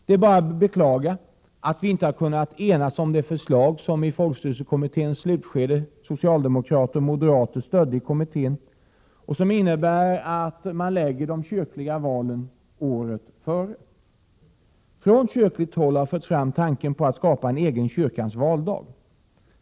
Det är bara att beklaga att vi inte kunnat enas om det förslag som socialdemokrater och moderater stödde i slutskedet i folkstyrelsekommittén. Det innebar att man skulle förlägga de kyrkliga valen året före de andra valen. Från kyrkligt håll har förts fram tanken på att skapa en speciell kyrkans valdag.